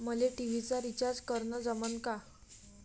मले टी.व्ही चा रिचार्ज करन जमन का?